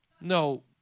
No